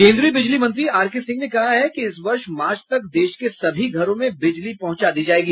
केन्द्रीय बिजली मंत्री आरके सिंह ने कहा है कि इस वर्ष मार्च तक देश के सभी घरों में बिजली पहुंचा दी जायेगी